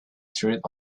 truth